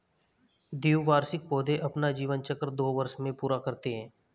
द्विवार्षिक पौधे अपना जीवन चक्र दो वर्ष में पूरा करते है